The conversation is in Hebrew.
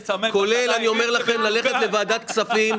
כולל ללכת לוועדת כספים,